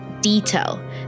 detail